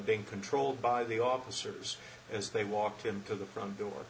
being controlled by the officers as they walked into the front door